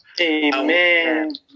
amen